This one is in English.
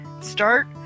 Start